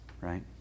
Right